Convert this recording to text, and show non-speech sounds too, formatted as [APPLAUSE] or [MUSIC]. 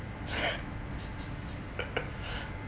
[LAUGHS]